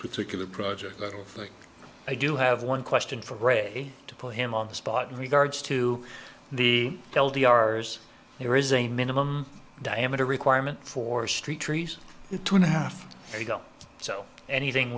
particular project little thing i do have one question for ray to put him on the spot in regards to the l d r's there is a minimum diameter requirement for street trees in two and a half ago so anything